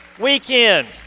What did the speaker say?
weekend